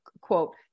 quote